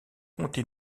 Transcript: compter